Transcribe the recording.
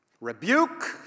rebuke